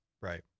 Right